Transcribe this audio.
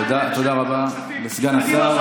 תודה רבה לסגן השר.